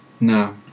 No